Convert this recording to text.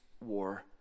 war